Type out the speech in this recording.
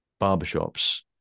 barbershops